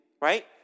Right